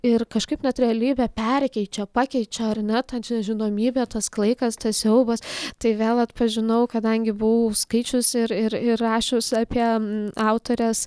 ir kažkaip net realybę perkeičia pakeičia ar ne nežinomybė tas klaikas tas siaubas tai vėl atpažinau kadangi buvau skaičiusi ir ir ir rašius apie autorės